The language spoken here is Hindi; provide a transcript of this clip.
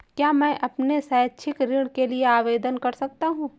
क्या मैं अपने शैक्षिक ऋण के लिए आवेदन कर सकता हूँ?